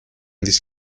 this